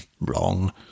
Wrong